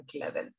level